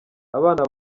abana